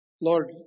Lord